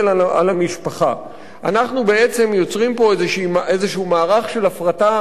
אנחנו בעצם יוצרים פה איזה מערך של הפרטה כפולה של